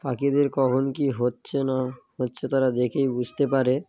পাখিদের কখন কি হচ্ছে না হচ্ছে তারা দেখেই বুঝতে পারে